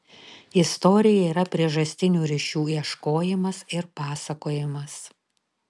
istorija yra priežastinių ryšių ieškojimas ir pasakojimas